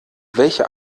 welche